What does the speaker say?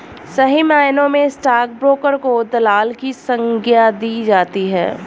सही मायनों में स्टाक ब्रोकर को दलाल की संग्या दे दी जाती है